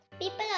People